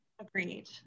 Agreed